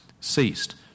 ceased